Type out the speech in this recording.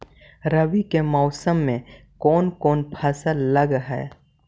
रवि के मौसम में कोन कोन फसल लग है?